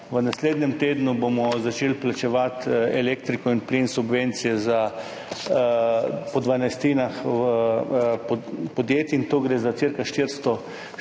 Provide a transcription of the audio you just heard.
v naslednjem tednu začeli plačevati za elektriko in plin subvencije po dvanajstinah podjetij, tu gre za cirka 400